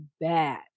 bad